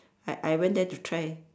I I went there to try